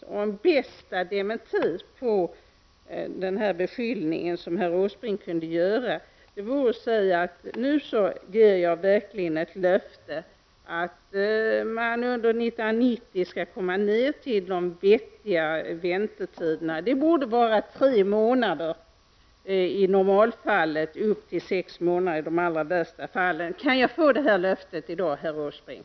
Den bästa dementi herr Åsbrink kunde göra av den beskyllningen vore att nu verkligen avge ett löfte att man under 1990 skall komma ned till vettiga tider. Handläggningstiden borde vara tre månader i normalfallet och upp till sex månader i de allra värsta fallen. Kan jag få ett sådant löfte i dag, herr Åsbrink?